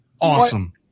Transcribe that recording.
Awesome